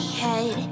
head